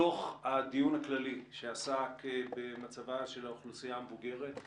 בתוך הדיון הכללי שעסק במצבה של האוכלוסייה המבוגרת,